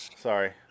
Sorry